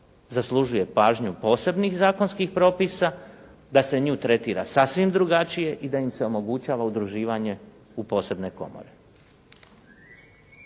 zaslužuje pažnju posebnih zakonskih propisa, da se nju tretira sasvim drugačije i da im se omogućava udruživanje u posebne komore.